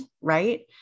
right